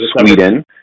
Sweden